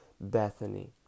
Bethany